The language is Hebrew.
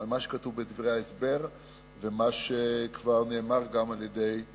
על מה שכתוב בדברי ההסבר ומה שכבר נאמר גם על-ידי קודמי.